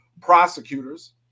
prosecutors